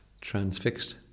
transfixed